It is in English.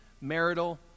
marital